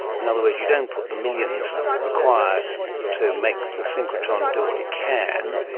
in other words you don't put the millions required to make the synchrotron do what it can,